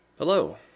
Hello